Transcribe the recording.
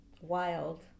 Wild